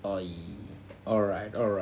ah~ alright alright